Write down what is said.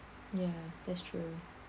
ya that's true